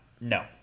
No